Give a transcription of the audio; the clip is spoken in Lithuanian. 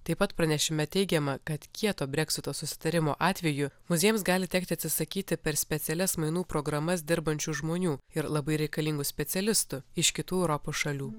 taip pat pranešime teigiama kad kieto breksito susitarimo atveju muziejams gali tekti atsisakyti per specialias mainų programas dirbančių žmonių ir labai reikalingų specialistų iš kitų europos šalių